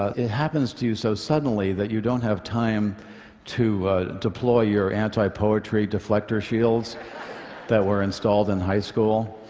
it happens to you so suddenly that you don't have time to deploy your anti-poetry deflector shields that were installed in high school.